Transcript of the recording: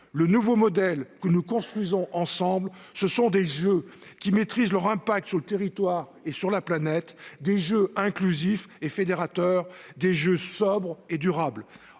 Le nouveau modèle que nous construisons ensemble, ce sont des Jeux qui maîtrisent leur impact sur le territoire et sur la planète, des Jeux inclusifs et fédérateurs, des Jeux sobres et durables.